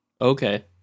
Okay